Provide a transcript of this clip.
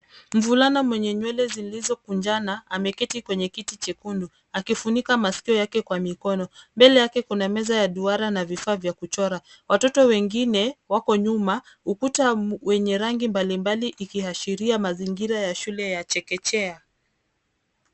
Mvulana mwenye nywele zilizokunjana ameketi kwenye kiti chekundu akifunika masikio yake kwa mikono. Mbele yake kuna meza ya duara na vifaa vya kuchora. Watoto wengine wako nyuma, ukuta wenye rangi mbalimbali ikiashiria mazingira ya shule ya chekechea.